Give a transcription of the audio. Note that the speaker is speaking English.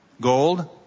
gold